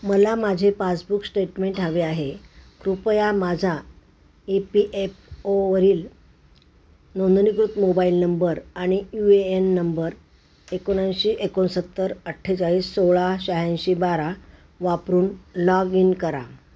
मला माझे passbook statement हवे आहे कृपया माझा ई पी एफ ओवरील नोंदणीकृत मोबाईल नंबर आणि यू ए एन नंबर एकोणऐंशी एकोणसत्तर अठ्ठेचाळीस सोळा शह्याऐंशी बारा वापरून लॉग इन करा